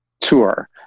tour